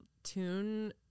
Tune